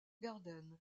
garden